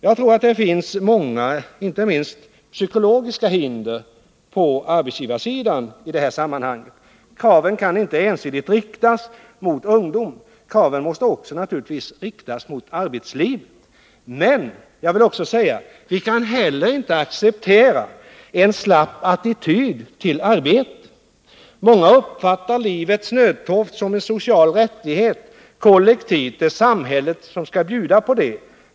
Jag tror att det finns många, inte minst psykologiska, hinder på arbetsgivarsidan. Kraven kan inte ensidigt riktas mot ungdomen — de måste också riktas mot arbetslivet. Men vi kan inte heller acceptera en slapp attityd till arbetet. Många uppfattar livets nödtorft som en social rättighet — samhället skall bjuda på den.